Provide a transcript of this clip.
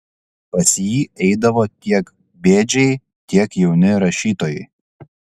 pas jį eidavo tiek bėdžiai tiek jauni rašytojai